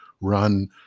run